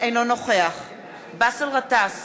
אינו נוכח באסל גטאס,